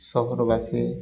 ସହରବାସୀ